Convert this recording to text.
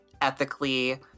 ethically